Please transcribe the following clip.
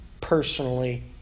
personally